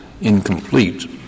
incomplete